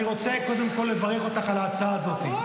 אני רוצה קודם כול לברך אותך על ההצעה הזאת.